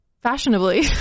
fashionably